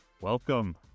Welcome